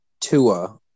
Tua